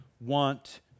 want